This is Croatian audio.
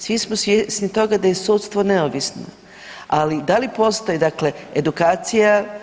Svi smo svjesni toga da je sudstvo neovisno, ali da li postoji dakle edukacija?